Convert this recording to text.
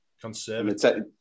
conservative